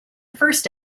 first